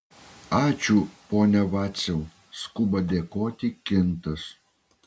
ačiū pone vaciau skuba dėkoti kintas